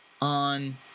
on